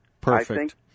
Perfect